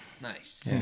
Nice